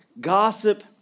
gossip